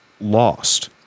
lost